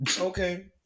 Okay